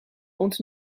ons